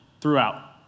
throughout